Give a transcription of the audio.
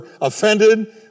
offended